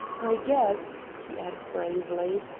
i guess, he added gravely,